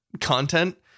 content